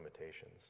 limitations